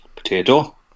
Potato